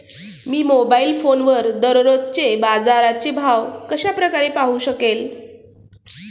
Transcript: मी mobile फोनवर दररोजचे बाजाराचे भाव कशा प्रकारे पाहू शकेल?